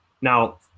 Now